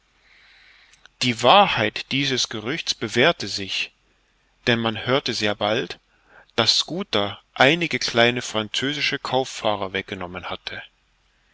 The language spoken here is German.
die wahrheit dieses gerüchtes bewährte sich denn man hörte sehr bald daß schooter einige kleine französische kauffahrer weggenommen hatte